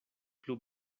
plu